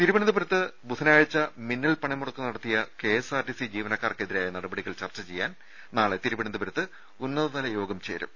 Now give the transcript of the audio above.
തിരുവനന്തപുരത്ത് ബുധനാഴ്ച മിന്നൽ പണിമുടക്ക് നടത്തിയ കെഎസ്ആർടിസിജീവനക്കാർക്കെതിരായ നടപടികൾ ചർച്ച ചെയ്യാൻ നാളെ തീരുവനന്തപുരത്ത് ഉന്നതതലയോഗം ചേരും